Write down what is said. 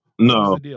No